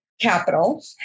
capital